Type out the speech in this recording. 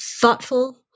thoughtful